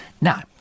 Now